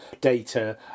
data